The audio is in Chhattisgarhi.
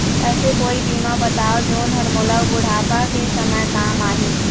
ऐसे कोई बीमा बताव जोन हर मोला बुढ़ापा के समय काम आही?